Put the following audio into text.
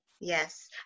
Yes